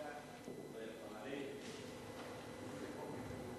אדוני היושב-ראש, אדוני השר,